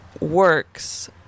works